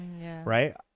right